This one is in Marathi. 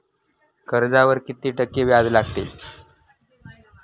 कर्जावर किती टक्के व्याज लागते?